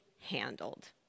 handled